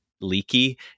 leaky